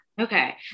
Okay